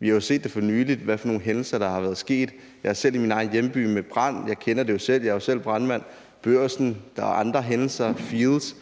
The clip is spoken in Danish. Vi har jo for nylig set, hvad for nogle hændelser der har været. Jeg har selv i min egen hjemby oplevet brand. Jeg kender det jo selv. Jeg er jo selv brandmand. Børsen og Field's er andre hændelser. Der